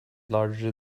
larger